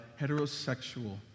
heterosexual